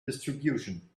distribution